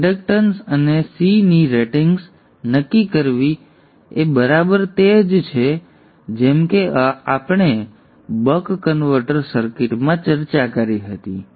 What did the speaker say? inductance અને C ની ratings નક્કી કરવી એ બરાબર તે જ છે જેમ કે આપણે બક કન્વર્ટર સર્કિટમાં ચર્ચા કરી હતી